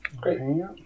Great